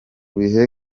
bihe